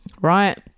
right